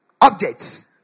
objects